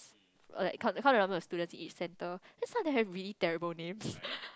or like count count the numbers of students each center because some of them have really terrible names